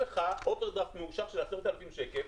לך אובר דרפט מאושר של 10,000 שקלים,